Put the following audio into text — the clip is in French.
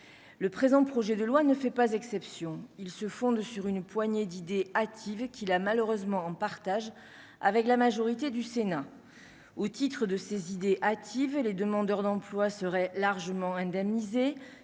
le présent projet de loi ne fait pas exception, il se fonde sur une poignée d'idée hâtive et qui a malheureusement en partage avec la majorité du Sénat au titre de ses idées hâtive et les demandeurs d'emploi seraient largement indemnisés